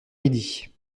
midi